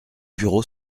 bureau